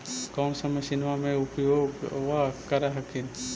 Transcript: कौन सा मसिन्मा मे उपयोग्बा कर हखिन?